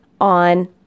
on